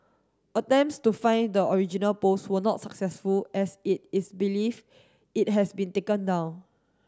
attempts to find the original post were not successful as it is believed it has been taken down